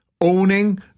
owning